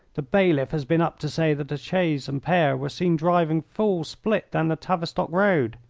the bailiff has been up to say that a chaise and pair were seen driving full split down the tavistock road.